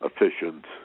efficient